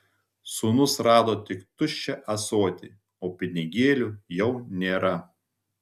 sūnus rado tik tuščią ąsotį o pinigėlių jau nėra